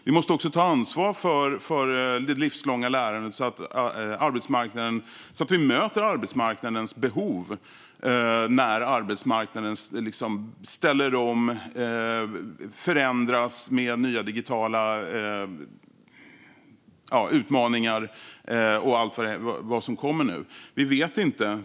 Vi måste också ta ansvar för det livslånga lärandet så att vi möter arbetsmarknadens behov när arbetsmarknaden ställer om och förändras med nya digitala utmaningar och allt vad som kommer.